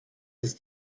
ist